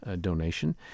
donation